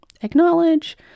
acknowledge